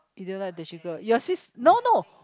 you don't like the sugar your sis no no